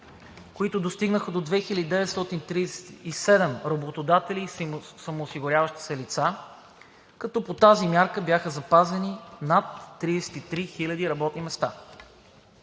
които достигнаха до 2937 работодатели и самоосигуряващи се лица, като по тази мярка бяха запазени над 33 хиляди работни места.